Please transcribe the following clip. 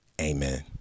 Amen